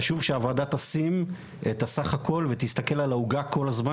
חשוב שהוועדה תשים את הסך הכל ותסתכל על העוגה כל הזמן,